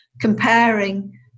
comparing